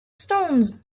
stones